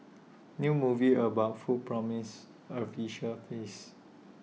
new movie about food promises A visual feast